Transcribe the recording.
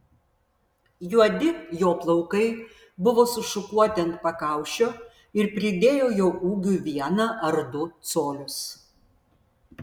juodi jo plaukai buvo sušukuoti ant pakaušio ir pridėjo jo ūgiui vieną ar du colius